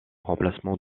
remplacement